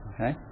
Okay